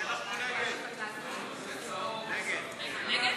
של קבוצת יש עתיד: